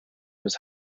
his